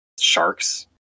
sharks